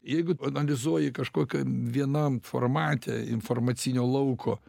jeigu analizuoji kažkokiam vienam formate informacinio lauko